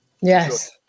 Yes